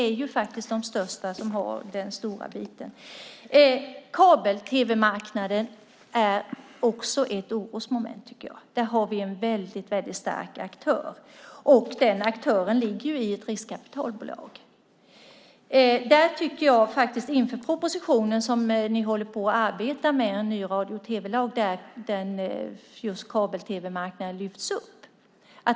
Det är faktiskt de största som har den stora biten. Kabel-tv-marknaden är också ett orosmoment. Där finns en stark aktör. Den aktören ligger i ett riskkapitalbolag. I den proposition som ni håller på att arbeta med om en ny radio och tv-lag bör kabel-tv-marknaden lyftas upp.